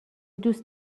دوست